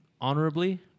honorably